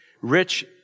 Rich